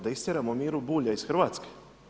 Da istjeramo Miru Bulja iz Hrvatske?